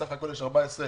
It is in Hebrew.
בסך הכול יש 14 מקלטים,